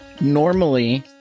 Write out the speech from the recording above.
Normally